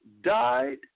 died